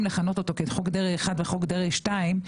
לכנות אותו כחוק דרעי 1 וחוק דרעי 2,